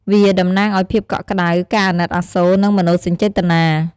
វាតំណាងឱ្យភាពកក់ក្តៅ ការអាណិតអាសូរ និងមនោសញ្ចេតនា។